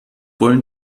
wollen